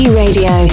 radio